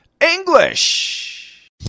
English